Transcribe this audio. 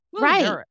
Right